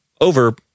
over